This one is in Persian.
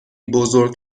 بزرگ